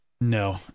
no